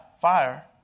fire